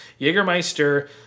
Jägermeister